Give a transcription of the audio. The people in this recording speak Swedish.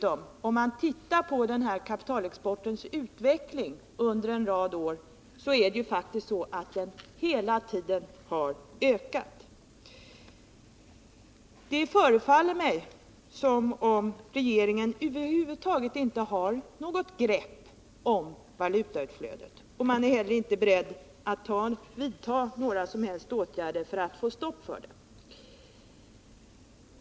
Om man tittar på utvecklingen av denna kapitalexport under en rad år, finner man att den hela tiden faktiskt har ökat. Det förefaller mig som om regeringen över huvud taget inte har något grepp om valutautflödet, och den verkar inte heller vara beredd att vidta några som helst åtgärder för att få stopp på det.